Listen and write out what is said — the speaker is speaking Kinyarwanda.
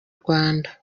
rwanda